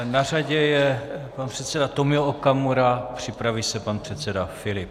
Na řadě je pan předseda Tomio Okamura a připraví se pan předseda Filip.